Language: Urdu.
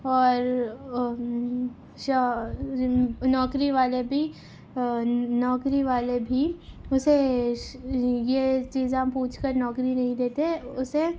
اور نوکری والے بھی نوکری والے بھی اسے یہ چیزیں پوچھ کر نوکری نہیں دیتے اسے